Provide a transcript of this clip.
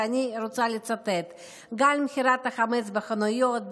ואני רוצה לצטט: "גל מכירת החמץ בחנויות,